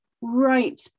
right